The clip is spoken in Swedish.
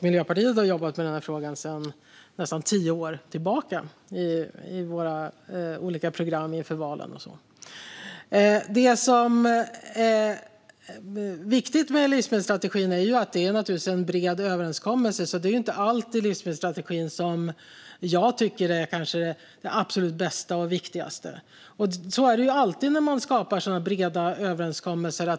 Miljöpartiet har jobbat med den frågan i nästan tio år, i våra olika program inför valen och så vidare. Det är viktigt att tänka på att livsmedelsstrategin är en bred överenskommelse. Det är alltså inte allt i livsmedelsstrategin som jag tycker är det absolut bästa och viktigaste. Så är det alltid när man skapar breda överenskommelser.